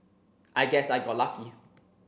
I guess I got lucky